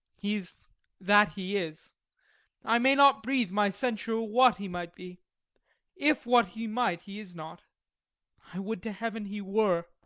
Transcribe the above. he's that he is i may not breathe my censure what he might be if what he might he is not i would to heaven he were!